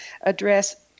address